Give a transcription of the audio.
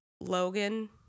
Logan